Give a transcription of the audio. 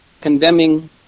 condemning